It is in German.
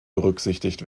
berücksichtigt